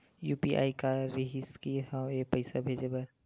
UPI का रिसकी हंव ए पईसा भेजे बर?